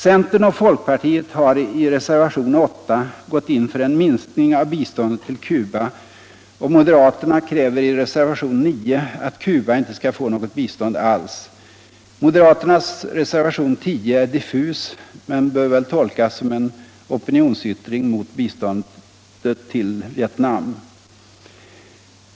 Centern och folkpartiet har i reservationen 8 gått in för en minskning av biståndet till Cuba, och moderaterna kräver i reservatlionen 9 att Cuba inte skall få något bistånd alls. Moderaternas reservation 10 är diffus men bör väl tolkas som en opinionsyttring mot biståndet till Vietnam.